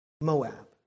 Moab